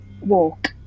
Walk